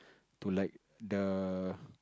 to like the